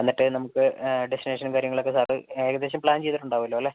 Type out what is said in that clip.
എന്നിട്ട് നമുക്ക് ഡെസ്റ്റിനേഷൻ കാര്യങ്ങളൊക്കെ സാറ് ഏകദേശം പ്ലാൻ ചെയ്തിട്ടുണ്ടാവൂലോ അല്ലെ